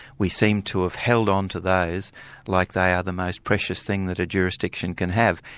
we seem to have held on to those like they are the most precious thing that a jurisdiction can have,